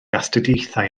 astudiaethau